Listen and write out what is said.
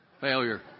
Failure